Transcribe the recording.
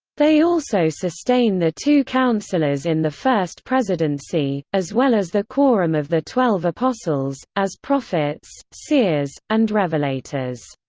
they also sustain the two counselors in the first presidency, as well as the quorum of the twelve apostles, as prophets, seers, and revelators.